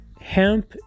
Hemp